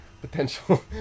potential